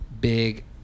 big